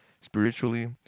spiritually